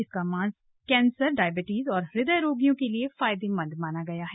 इसका मांस cancer diabetes और हृदय रोगियों के लिए फायदेमंद होता है